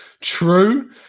true